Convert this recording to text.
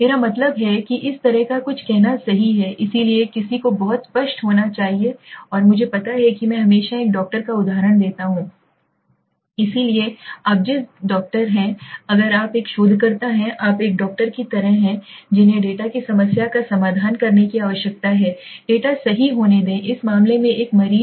मेरा मतलब है कि इस तरह का कुछ कहना सही है इसलिए किसी को बहुत स्पष्ट होना चाहिए और मुझे पता है कि मैं हमेशा एक डॉक्टर का उदाहरण देता हूं इसलिए आप जिस डॉक्टर हैं अगर आप एक शोधकर्ता हैं आप एक डॉक्टर की तरह हैं जिन्हें डेटा की समस्या का समाधान करने की आवश्यकता है डेटा सही होने दें इस मामले में एक मरीज